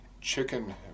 chicken